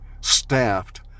staffed